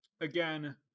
again